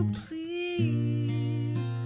please